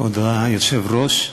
כבוד היושב-ראש,